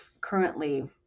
currently